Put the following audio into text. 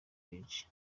benshi